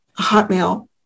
hotmail